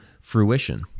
fruition